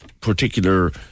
particular